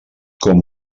com